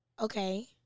okay